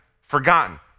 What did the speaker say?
Forgotten